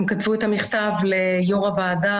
הם כתבו את המכתב ליו"ר הוועדה,